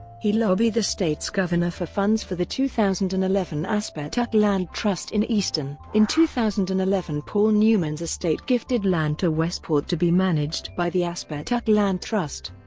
he lobbied the state's governor for funds for the two thousand and eleven aspetuck land trust in easton. in two thousand and eleven paul newman's estate gifted land to westport to be managed by the aspetuck land trust.